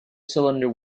cylinder